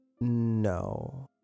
No